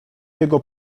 jego